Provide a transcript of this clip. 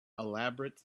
elaborate